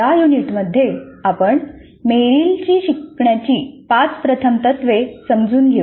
या युनिटमध्ये आपण मेरिलची शिकण्याची पाच प्रथम तत्त्वे समजून घेऊ